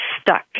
stuck